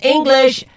English